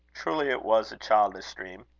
truly it was a childish dream,